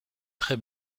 très